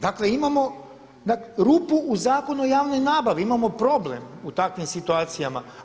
Dakle, imamo rupu u Zakonu o javnoj nabavi, imamo problem u takvim situacijama.